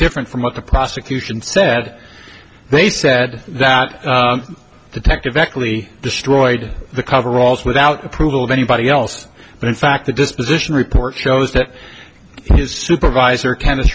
different from what the prosecution said they said that detective actually destroyed the coveralls without approval of anybody else but in fact the disposition report shows that his supervisor kenn